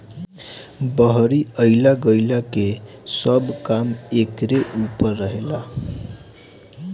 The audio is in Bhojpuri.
बहरी अइला गईला के सब काम एकरे ऊपर रहेला